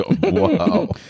Wow